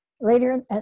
later